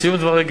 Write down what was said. בסיום דברי,